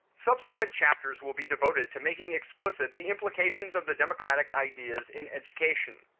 subsequent chapters will be devoted to making explicit the implications of the democratic ideas in education.